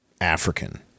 african